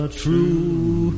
true